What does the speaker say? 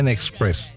Express